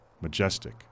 majestic